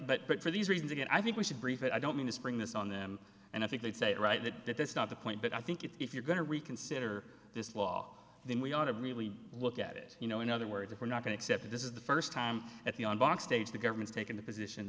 it but for these reasons again i think we should brief it i don't mean to spring this on them and i think that's a right that that that's not the point but i think if you're going to reconsider this law then we ought to really look at it you know in other words if we're not going to accept this is the first time at the on bach stage the government's taken the position